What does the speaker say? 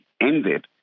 ended